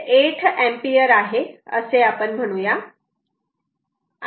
8 ampere आहे असे आपण म्हणू या